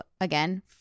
again-